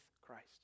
Christ